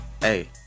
hey